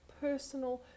personal